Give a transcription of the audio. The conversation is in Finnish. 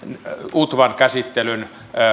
utvan käsittelyn